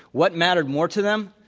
what mattered more to them?